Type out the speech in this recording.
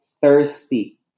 thirsty